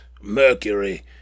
Mercury